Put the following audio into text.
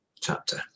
chapter